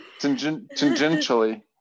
tangentially